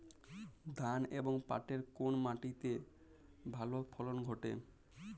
ধান এবং পাটের কোন মাটি তে ভালো ফলন ঘটে?